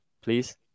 please